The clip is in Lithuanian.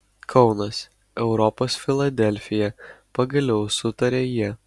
kaunas europos filadelfija pagaliau sutarė jie